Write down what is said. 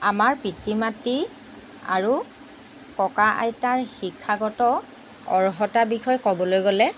আমাৰ পিতৃ মাতৃ আৰু ককা আইতাৰ শিক্ষাগত অৰ্হতা বিষয়ে ক'বলৈ গ'লে